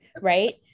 right